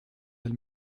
del